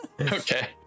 Okay